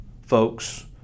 folks